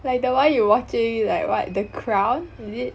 like the one you watching like what The Crown is it